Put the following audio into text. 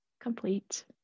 complete